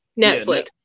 Netflix